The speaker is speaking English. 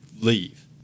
leave